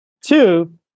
Two